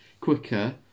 quicker